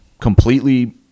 completely